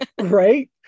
right